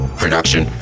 production